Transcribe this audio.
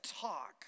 talk